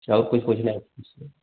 छः और कुछ पूछना है मुझसे